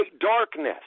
darkness